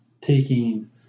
taking